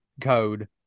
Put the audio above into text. code